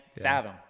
fathom